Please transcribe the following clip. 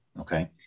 Okay